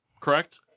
Correct